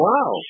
Wow